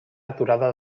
aturada